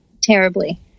terribly